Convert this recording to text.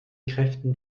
kräften